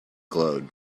glowed